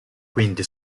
quindi